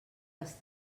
les